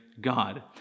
God